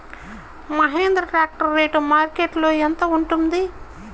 Mahindra tractor rate మార్కెట్లో యెంత ఉంటుంది?